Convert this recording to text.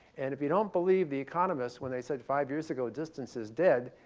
and if you don't believe the economist when they said five years ago, distance is dead,